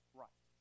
right